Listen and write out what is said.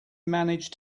manage